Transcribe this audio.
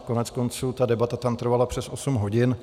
Koneckonců debata tam trvala přes osm hodin.